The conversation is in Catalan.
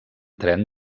tren